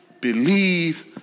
believe